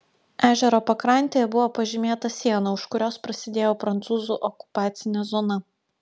ežero pakrantėje buvo pažymėta siena už kurios prasidėjo prancūzų okupacinė zona